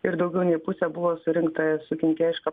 ir daugiau nei pusė buvo surinkta su kenkėjiška